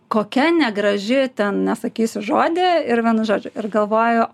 kokia negraži ten nesakysiu žodį ir vienu žodžiu ir galvoju